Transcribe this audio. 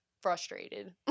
frustrated